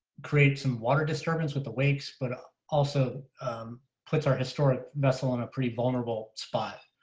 create some water disturbance with awakes but also puts our historic muscle on a pretty vulnerable spot.